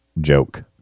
joke